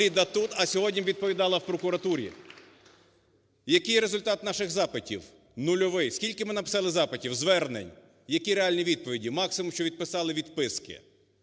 і сьогодні б відповідала в прокуратурі. Який результат наших запитів? Нульовий. Скільки ми написали запитів, звернень? Які реальні відповіді. Максимум, що відписали відписки.